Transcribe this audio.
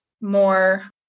more